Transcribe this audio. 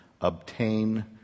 obtain